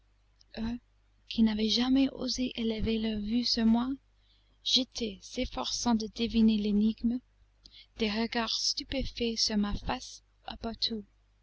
qui n'avaient jamais osé élever leur vue sur moi jetaient s'efforçant de deviner l'énigme des regards stupéfaits sur ma face